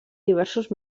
diversos